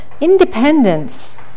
Independence